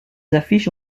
affiches